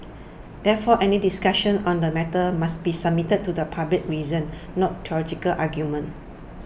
therefore any discussions on the matter must be submitted to public reason not theological arguments